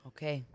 Okay